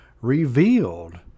revealed